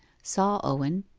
saw owen,